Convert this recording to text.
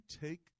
take